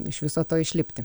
iš viso to išlipti